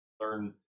Learn